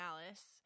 Alice